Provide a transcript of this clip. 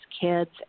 kids